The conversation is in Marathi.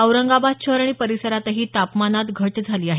औरंगाबाद शहर आणि परिसरातही तापमानात घट झाली आहे